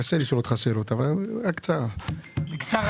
מה קורה